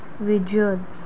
visual